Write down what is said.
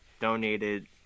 donated